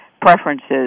preferences